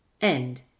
End